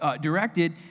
directed